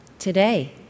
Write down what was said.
today